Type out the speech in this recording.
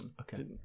Okay